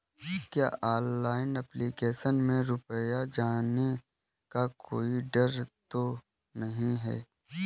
क्या online application में रुपया जाने का कोई डर तो नही है?